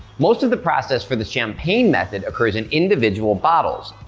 most of the process for the champagne method occurs in individual bottles.